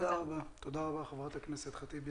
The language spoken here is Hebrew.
תודה רבה ח"כ ח'טיב יאסין.